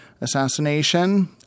assassination